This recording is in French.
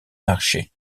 marché